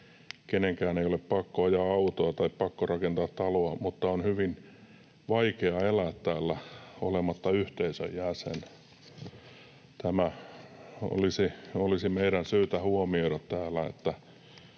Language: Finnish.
Kenenkään ei ole pakko ajaa autoa tai pakko rakentaa taloa, mutta on hyvin vaikea elää täällä olematta yhteisön jäsen. Tämä olisi meidän syytä huomioida täällä,